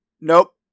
Nope